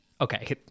okay